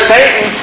Satan